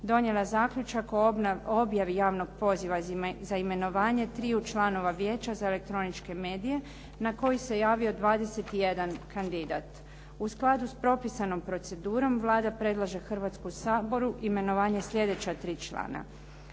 donijela zaključak o objavi javnog poziva za imenovanje triju članova Vijeća za elektroničke medije na koji se javio 21 kandidat. U skladu s propisanom procedurom, Vlada predlaže Hrvatskom saboru imenovanje sljedeća tri člana: